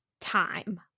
time